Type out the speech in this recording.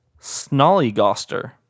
Snollygoster